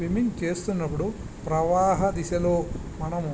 swimming చేస్తున్నప్పుడు ప్రవాహ దిశలో మనము